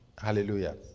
Hallelujah